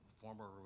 former